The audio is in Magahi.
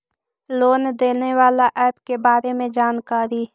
लोन देने बाला ऐप के बारे मे जानकारी?